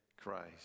Christ